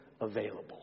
available